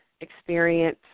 experience